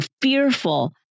fearful